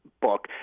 book